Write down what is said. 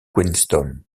queenstown